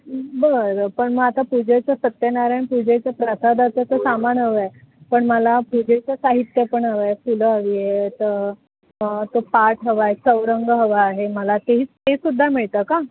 बरं पण मग आता पूजेचं सत्यनारयण पूजेचं प्रसाादाचं तं सामान हवंय पण मला पूजेचं साहित्य पण हवंय फुलं हवीय त तो पाट हवा आहे चौरंग हवा आहे मला तेही ते सुुद्धा मिळतं का